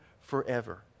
forever